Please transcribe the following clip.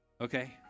Okay